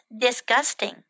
disgusting